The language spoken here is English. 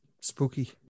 spooky